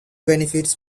benefits